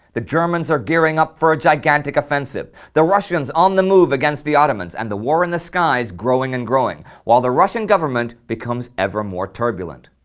the germans are gearing up for a gigantic offensive, the russians on the move against the ottomans, and the war in the skies growing and growing, while the russian government becomes ever more turbulent.